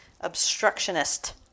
obstructionist